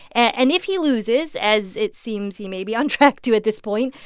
and if he loses, as it seems he may be on track to at this point,